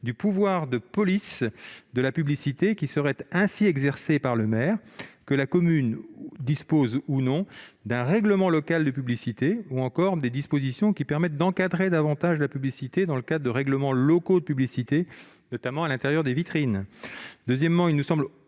du pouvoir de police de la publicité, qui serait ainsi exercé par le maire, que la commune dispose ou non d'un règlement local de publicité, ou encore des dispositions permettant d'encadrer davantage la publicité dans le cadre des règlements locaux de publicité, notamment à l'intérieur des vitrines. Par ailleurs, il nous semble